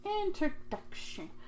introduction